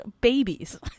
babies